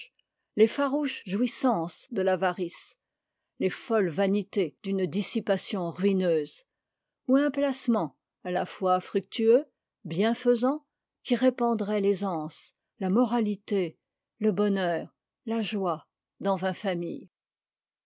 les farouches jouissances de l'avarice les folles vanités d'une dissipation ruineuse ou un placement à la fois fructueux bienfaisant qui répandrait l'aisance la moralité le bonheur la joie dans vingt familles